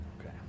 Okay